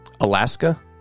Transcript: Alaska